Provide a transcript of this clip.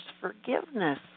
forgiveness